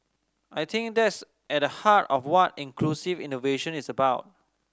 I think that's at the heart of what inclusive innovation is about